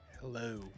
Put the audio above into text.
Hello